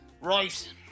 Right